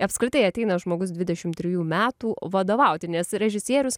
apskritai ateina žmogus dvidešim trijų metų vadovauti nes režisierius